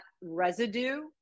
residue